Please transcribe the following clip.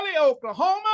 Oklahoma